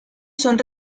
son